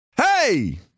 Hey